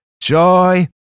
joy